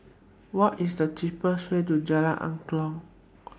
What IS The cheapest Way to Jalan Angklong